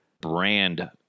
brand